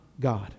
God